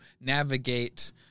navigate